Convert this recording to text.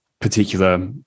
particular